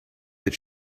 that